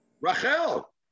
Rachel